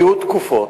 היו תקופות,